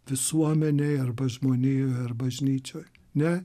visuomenėj arba žmonijoj ar bažnyčioj ne